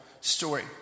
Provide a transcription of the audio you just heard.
story